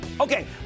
Okay